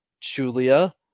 Julia